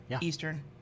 Eastern